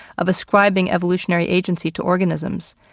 of ascribing evolutionary agency to organisms,